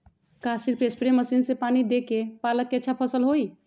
का सिर्फ spray machine से पानी देके पालक के अच्छा फसल होई?